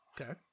Okay